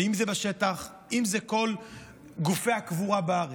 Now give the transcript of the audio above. אם זה בשטח ואם זה בכל גופי הקבורה בארץ,